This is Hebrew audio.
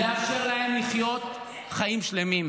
לאפשר להם לחיות חיים שלמים,